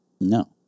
No